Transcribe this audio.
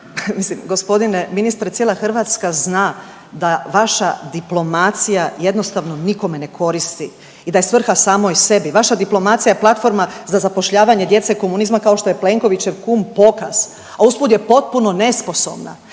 mislim g. ministre cijela Hrvatska zna da vaša diplomacija jednostavno nikome ne koristi i da je svrha samoj sebi. Vaša diplomacija je platforma za zapošljavanje djece komunizma kao što je Plenkovićev kum pokaz, a usput je potpuno nesposobna.